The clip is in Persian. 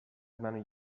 منو